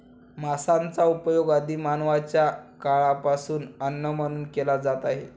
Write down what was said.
मांसाचा उपयोग आदि मानवाच्या काळापासून अन्न म्हणून केला जात आहे